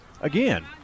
Again